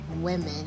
women